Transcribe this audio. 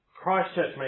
Christchurch